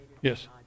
Yes